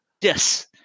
Yes